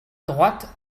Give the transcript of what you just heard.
droite